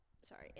sorry